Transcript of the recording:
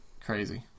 Crazy